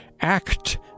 Act